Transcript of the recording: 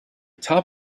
top